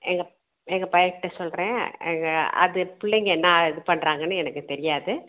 எங்கள் எங்கள் பையன் கிட்ட சொல்கிறேன் எங்கள் அது பிள்ளைங்க என்ன இது பண்ணுறாங்கன்னு எனக்குத் தெரியாது